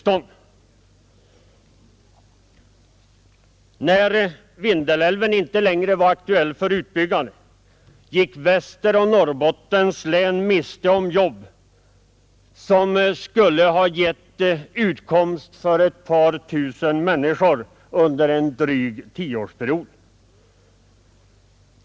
I och med att Vindelälven inte längre var aktuell för utbyggnad gick Västeroch Norrbottens län miste om jobb som skulle ha gett utkomst för ett par tusen människor under en dryg tioårsperiod.